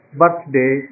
birthday